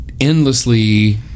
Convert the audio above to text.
endlessly